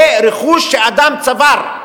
זה רכוש שאדם צבר.